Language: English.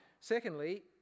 Secondly